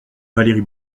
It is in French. valérie